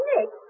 Nick